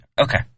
Okay